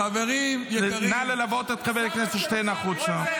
חברים יקרים --- נא ללוות את חבר הכנסת שטרן החוצה.